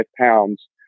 pounds